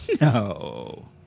No